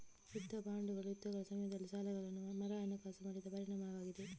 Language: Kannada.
ಯುದ್ಧ ಬಾಂಡುಗಳು ಯುದ್ಧಗಳ ಸಮಯದಲ್ಲಿ ಸಾಲಗಳನ್ನು ಮರುಹಣಕಾಸು ಮಾಡಿದ ಪರಿಣಾಮವಾಗಿದೆ